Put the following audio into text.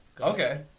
Okay